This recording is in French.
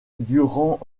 durant